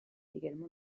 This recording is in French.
également